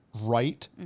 Right